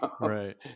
Right